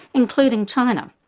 including china.